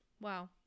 Wow